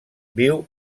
viu